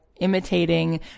imitating